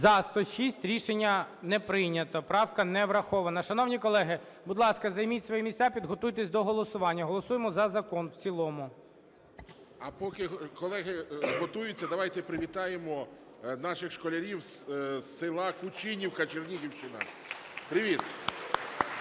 За-106 Рішення не прийнято, правка не врахована. Шановні колеги, будь ласка, займіть свої місця, підготуйтесь до голосування. Голосуємо за закон в цілому. 14:10:37 СТЕФАНЧУК Р.О. А поки колеги готуються, давайте привітаємо наших школярів з села Кучинівка, Чернігівщина. Привіт!